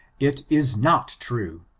it is not true,